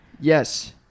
Yes